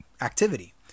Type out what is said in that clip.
activity